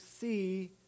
see